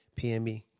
PME